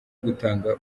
gutanga